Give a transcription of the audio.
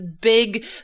big